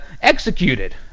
executed